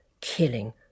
Killing